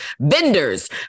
vendors